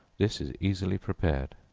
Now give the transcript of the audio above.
this is easily prepared.